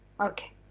okay